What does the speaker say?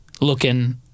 looking